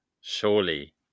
surely